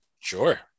Sure